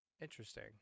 Interesting